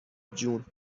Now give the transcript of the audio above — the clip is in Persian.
جون